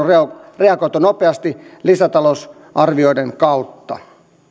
reagoitu nopeasti lisätalousarvioiden kautta